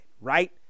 right